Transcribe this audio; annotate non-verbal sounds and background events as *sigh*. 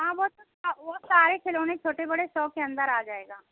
हाँ वो *unintelligible* वो सारे खिलौने छोटे बड़े सौ के अंदर आ जायेगा